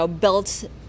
built